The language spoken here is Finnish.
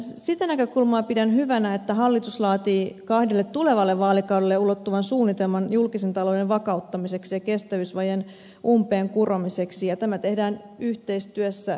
sitä näkökulmaa pidän hyvänä että hallitus laatii kahdelle tulevalle vaalikaudelle ulottuvan suunnitelman julkisen talouden vakauttamiseksi ja kestävyysvajeen umpeenkuromiseksi ja tämä tehdään yhteistyössä kolmikannan kanssa